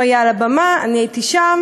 הוא היה על הבמה, אני הייתי שם: